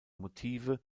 motive